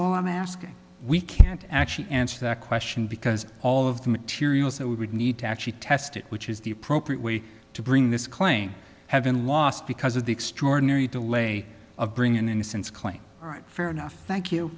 all i'm asking we can't actually answer that question because all of the materials that we would need to actually tested which is the appropriate way to bring this claim have been lost because of the extraordinary delay of bringing an innocence claim all right fair enough thank you